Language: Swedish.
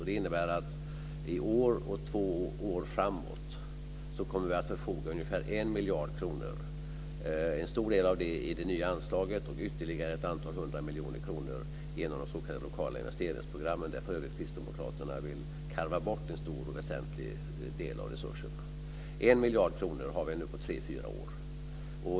Det innebär att vi i år och två år framåt kommer att förfoga över ungefär 1 miljard kronor - en stor del av detta i det nya anslaget och ytterligare ett antal hundra miljoner kronor genom de s.k. lokala investeringsprogrammen, där för övrigt Kristdemokraterna vill karva bort en stor och väsentlig del av resurserna. 1 miljard kronor har vi nu på tre fyra år.